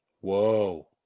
Whoa